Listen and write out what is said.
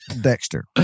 Dexter